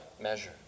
measure